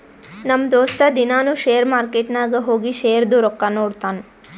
ನಮ್ ದೋಸ್ತ ದಿನಾನೂ ಶೇರ್ ಮಾರ್ಕೆಟ್ ನಾಗ್ ಹೋಗಿ ಶೇರ್ದು ರೊಕ್ಕಾ ನೋಡ್ತಾನ್